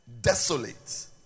desolate